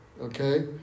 okay